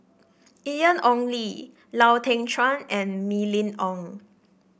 Ian Ong Li Lau Teng Chuan and Mylene Ong